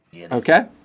Okay